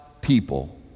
people